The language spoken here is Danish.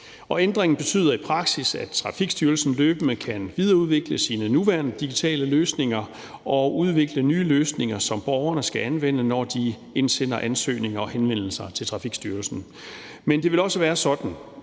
Ændringen betyder i praksis, at Trafikstyrelsen løbende kan videreudvikle sine nuværende digitale løsninger og udvikle nye løsninger, som borgerne skal anvende, når de indsender ansøgninger og henvendelser til Trafikstyrelsen. Men det vil ikke være sådan,